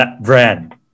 brand